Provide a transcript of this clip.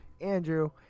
andrew